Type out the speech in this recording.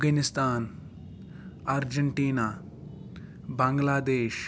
Afghanistan argentine Bangladesh